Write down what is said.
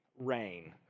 rain